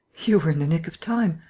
you were in the nick of time.